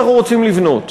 אנחנו רוצים לבנות.